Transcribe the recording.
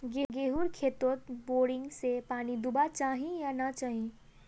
गेँहूर खेतोत बोरिंग से पानी दुबा चही या नी चही?